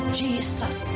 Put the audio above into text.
jesus